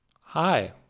Hi